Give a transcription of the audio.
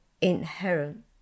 inherent